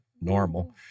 normal